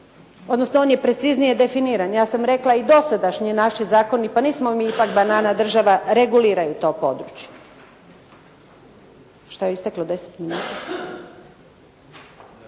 odnosno on je preciznije definiran. Ja sam rekla i dosadašnji naši zakoni, pa nismo mi ipak banana država, reguliraju to područje.